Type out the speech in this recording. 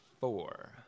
four